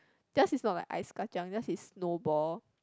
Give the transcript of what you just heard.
theirs is not like ice-kachang theirs is snow ball